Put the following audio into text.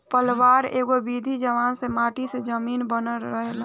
पलवार एगो विधि ह जवना से माटी मे नमी बनल रहेला